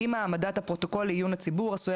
אם העמדת הפרוטוקול לעיון הציבור עשויה